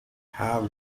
have